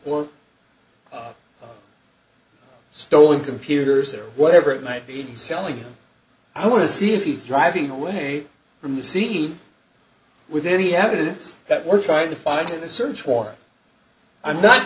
or stolen computers or whatever it might be to be selling them i want to see if he's driving away from the scene with any evidence that we're trying to find in a search warrant i'm not